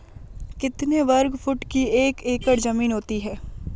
कितने वर्ग फुट की एक एकड़ ज़मीन होती है?